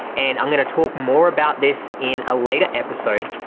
and i'm gonna talk more about this in a later episode.